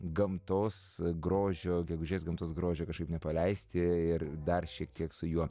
gamtos grožio gegužės gamtos grožio kažkaip nepaleisti ir dar šiek tiek su juo